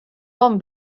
bon